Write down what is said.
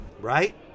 Right